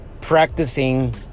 practicing